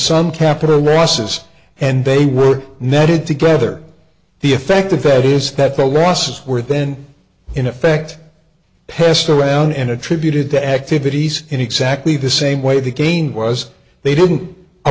some capital masses and they were netted together the effect of that is that the losses were then in effect passed around and attributed the activities in exactly the same way the gain was they didn't